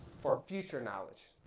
for future knowledge.